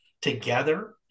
together